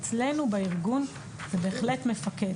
אצלנו בארגון זה בהחלט מפקד,